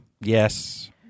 Yes